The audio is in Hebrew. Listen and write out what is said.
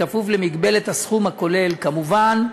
בכפוף למגבלת הסכום הכולל כמובן,